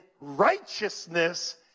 righteousness